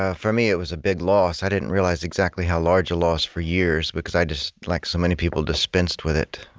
ah for me, it was a big loss. i didn't realize exactly how large a loss, for years, because i just like so many people dispensed with it